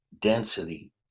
density